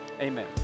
Amen